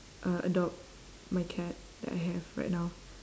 uh adopt my cat that I have right now